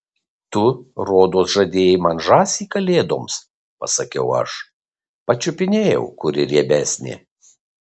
tu rodos žadėjai man žąsį kalėdoms pasakiau aš pačiupinėjau kuri riebesnė